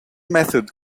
method